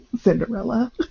Cinderella